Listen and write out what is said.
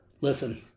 Listen